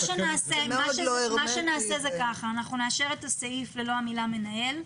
אנחנו נאשר את הסעיף ללא המילה מנהל.